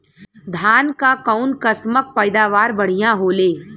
धान क कऊन कसमक पैदावार बढ़िया होले?